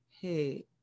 Hey